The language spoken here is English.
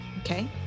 okay